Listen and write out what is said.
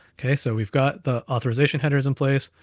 okay, so we've got the authorization headers in place.